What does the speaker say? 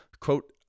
quote